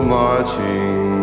marching